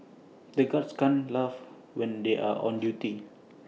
the guards can't laugh when they are on duty